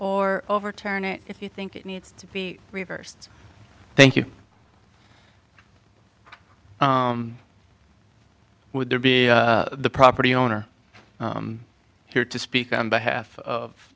or overturn it if you think it needs to be reversed thank you would there be the property owner here to speak on behalf of